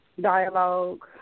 Dialogue